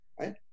Right